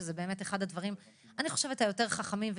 שזה אחד הדברים היותר חכמים,